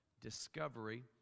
discovery